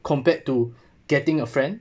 compared to getting a friend